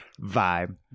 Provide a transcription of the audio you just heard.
vibe